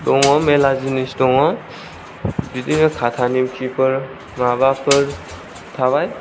दङ गोबां जिनिस दङ बिदिनो खाथा नेमखिफोर माबाफोर थाबाय